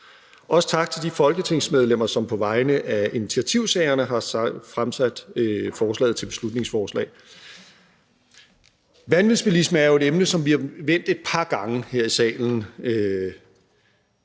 Også tak til de folketingsmedlemmer, som på vegne af initiativtagerne har fremsat forslaget til beslutningsforslag. Vanvidsbilisme er jo et emne, som vi har vendt et par gange her i salen,